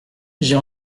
j’ai